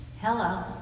hello